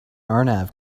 arnav